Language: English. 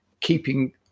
keeping